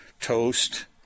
toast